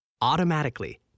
automatically